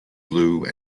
blue